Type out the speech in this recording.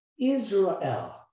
Israel